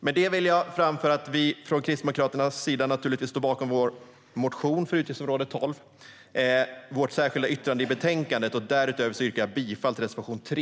Jag vill framföra att vi från Kristdemokraternas sida naturligtvis står bakom vår motion för utgiftsområde 12 och vårt särskilda yttrande i betänkandet. Därutöver yrkar jag bifall till reservation 3.